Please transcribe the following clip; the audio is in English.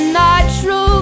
natural